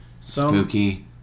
Spooky